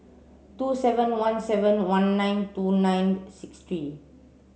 two seven one seven one nine two nine six three